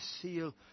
seal